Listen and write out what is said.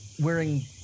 wearing